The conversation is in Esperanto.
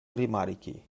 rimarki